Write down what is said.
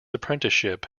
apprenticeship